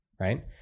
right